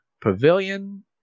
Pavilion